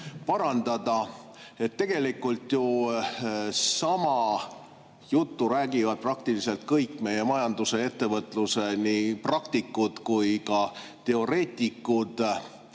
parandada. Tegelikult ju sama juttu räägivad praktiliselt kõik meie majanduse ja ettevõtluse nii praktikud kui ka teoreetikud.